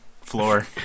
floor